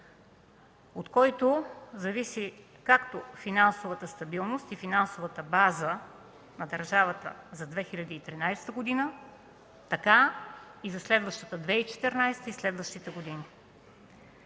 от който зависи както финансовата стабилност и финансовата база на държавата за 2013 г., така и за следващата 2014 и следващите години.